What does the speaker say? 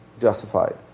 justified